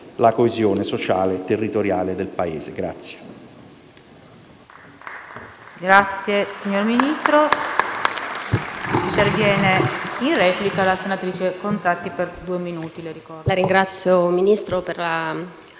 la coesione sociale e territoriale del Paese.